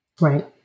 Right